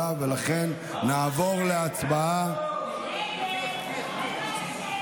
התקציב) (תיקון, הנחה בארנונה לנכים),